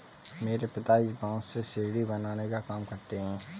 मेरे पिताजी बांस से सीढ़ी बनाने का काम करते हैं